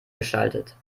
geschaltet